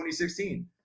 2016